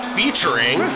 featuring